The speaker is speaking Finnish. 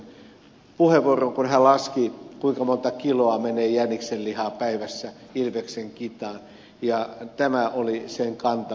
nepposen puheenvuoroon kun hän laski kuinka monta kiloa menee jäniksenlihaa päivässä ilveksen kitaan ja tämä oli sen kantamoinen